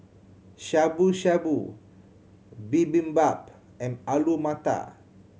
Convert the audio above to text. Shabu Shabu Bibimbap and Alu Matar